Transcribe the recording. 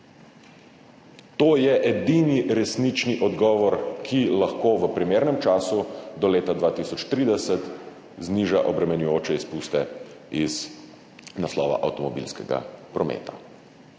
To je edini resnični odgovor, ki lahko v primernem času do leta 2030 zniža obremenjujoče izpuste iz naslova avtomobilskega prometa.